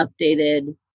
updated